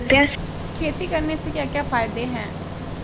खेती करने से क्या क्या फायदे हैं?